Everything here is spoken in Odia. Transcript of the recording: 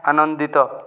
ଆନନ୍ଦିତ